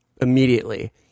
immediately